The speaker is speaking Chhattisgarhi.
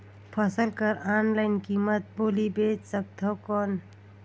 फसल कर ऑनलाइन कीमत बोली बेच सकथव कौन?